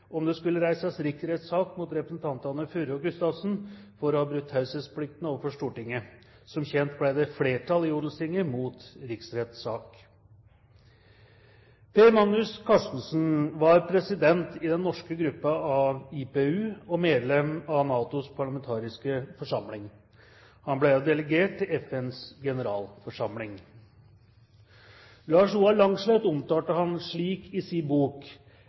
om det skulle reises riksrettssak mot representantene Furre og Gustavsen for å ha brutt taushetsplikten overfor Stortinget. Som kjent ble det flertall i Odelstinget mot riksrettssak. Per Magnus Karstensen var president i den norske gruppen av IPU og medlem av NATOs parlamentariske forsamling. Han ble også delegert til FNs generalforsamling. Lars Roar Langslet omtalte i sin bok